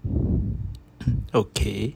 okay